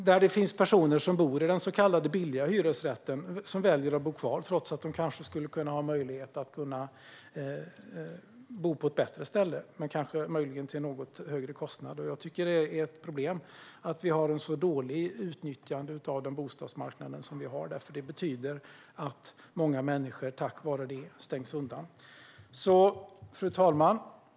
Det finns personer som bor i den så kallade billiga hyresrätten som väljer att bo kvar trots att de kanske skulle ha möjlighet att bo på ett bättre ställe men möjligen till en något högre kostnad. Det är ett problem att vi har ett så dåligt utnyttjande av bostadsmarknaden som vi har. Det betyder att många människor stängs ute. Fru talman!